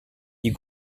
you